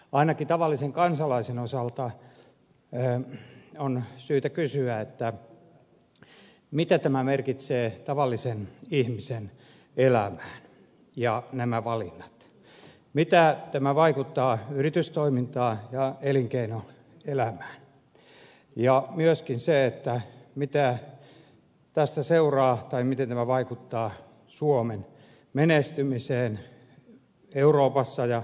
ainakin tavallisen kansalaisen osalta on syytä kysyä mitä tämä asia ja nämä valinnat merkitsevät tavallisen ihmisen elämän kannalta miten tämä vaikuttaa yritystoimintaan ja elinkeinoelämään ja mitä tästä seuraa tai miten tämä vaikuttaa suomen menestymiseen euroopassa ja maailmassa